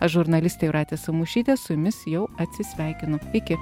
aš žurnalistė jūratė samušytė su jumis jau atsisveikinu iki